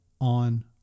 on